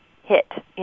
hit